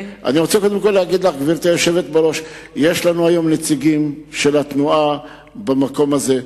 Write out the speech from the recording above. יש לנו היום נציגים של התנועה במקום הזה,